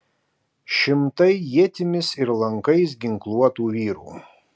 šimtai ietimis ir lankais ginkluotų vyrų